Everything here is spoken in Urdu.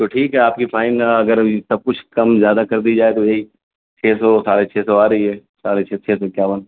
تو ٹھیک ہے آپ کی فائن اگر سب کچھ کم زیادہ کر دی جائے تو یہی چھ سو ساڑھے چھ سو آ رہی ہے ساڑھے چھ سو اکیاون